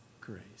Grace